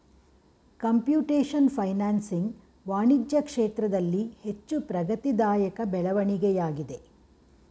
computation financing ವಾಣಿಜ್ಯ ಕ್ಷೇತ್ರದಲ್ಲಿ ಹೆಚ್ಚು ಪ್ರಗತಿದಾಯಕ ಬೆಳವಣಿಗೆಯಾಗಿದೆ